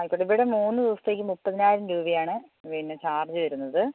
ആയിക്കോട്ടെ ഇവിടെ മൂന്ന് ദിവസത്തേക്ക് മുപ്പതിനായിരം രൂപയാണ് പിന്നെ ചാർജ്ജ് വരുന്നത്